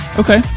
okay